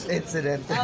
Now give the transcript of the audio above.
incident